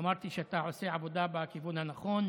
אמרתי שאתה עושה עבודה בכיוון הנכון.